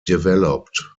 developed